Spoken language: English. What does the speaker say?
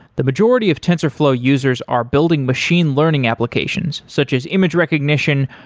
the majority of tensorflow users are building machine learning applications such as image recognition,